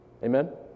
Amen